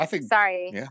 sorry